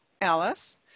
Alice